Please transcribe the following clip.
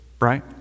Right